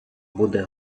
буде